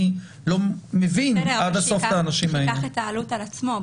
אני לא מבין עד הסוף את האנשים האלה --- שייקח את העלות על עצמו.